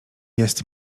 jest